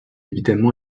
évidemment